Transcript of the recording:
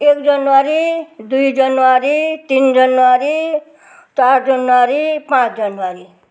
एक जनवरी दुई जनवरी तिन जनवरी चार जनवरी पाँच जनवरी